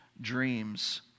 dreams